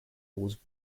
was